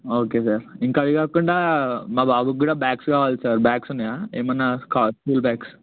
okay sir ఇంకా అదికాకుండా మా బాబుక్కూడా బ్యాగ్స్ కావాలి సార్ బ్యాగ్స్ ఉన్నాయా ఏమన్నా స్కా స్కూల్ బ్యాగ్స్